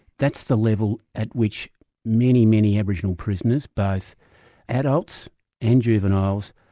that's the level at which many, many aboriginal prisoners, both adults and juveniles,